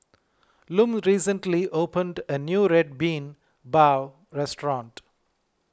Lum recently opened a new Red Bean Bao restaurant